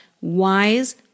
wise